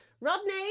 Rodney